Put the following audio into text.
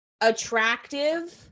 attractive